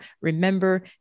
Remember